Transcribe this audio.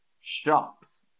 shops